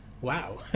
wow